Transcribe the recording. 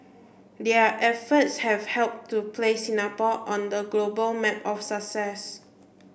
their efforts have helped to place Singapore on the global map of success